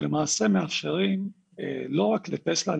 שלמעשה מאפשרים לא רק לטסלה,